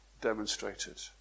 demonstrated